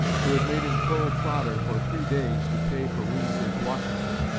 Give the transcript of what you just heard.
who had made him pull fodder for three days to pay for weems's washington.